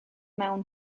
mewn